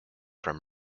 from